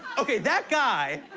okay, that guy,